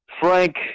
Frank